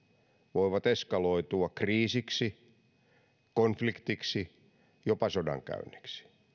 voivat eskaloitua kriisiksi konfliktiksi tai jopa sodankäynniksi